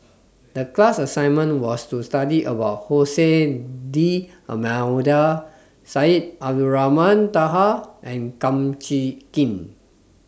The class assignment was to study about Jose D'almeida Syed Abdulrahman Taha and Kum Chee Kin